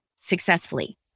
successfully